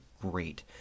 great